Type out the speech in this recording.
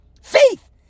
Faith